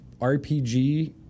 RPG